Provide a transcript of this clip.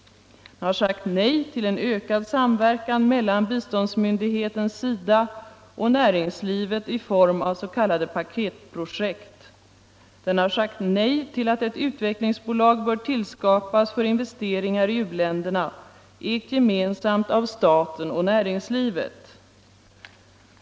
Det har sagt nej till en ökad samverkan mellan biståndsmyndigheten SIDA och näringslivet i form av s.k. paketprojekt, det har sagt nej till att ett utvecklingsbolag bör tillskapas för investeringar i u-länderna, ägt gemensamt av staten och näringslivet.